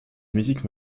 musique